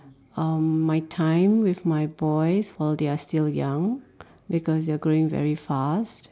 um my time with my boys while they are still young because they are growing very fast